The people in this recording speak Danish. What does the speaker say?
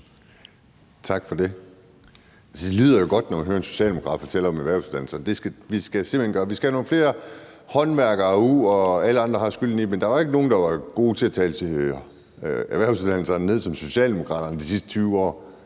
Tak for det. Det lyder jo godt, når man hører en socialdemokrat fortælle om erhvervsuddannelserne. Vi skal have nogle flere håndværkere ud, og alle andre har skylden. Men der har ikke været nogen, der har været så gode til at tale erhvervsuddannelserne ned, som Socialdemokraterne de sidste 20 år.